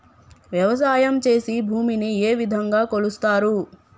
వ్యవసాయం చేసి భూమిని ఏ విధంగా కొలుస్తారు?